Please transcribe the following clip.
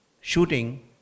shooting